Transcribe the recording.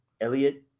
Elliot